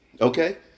Okay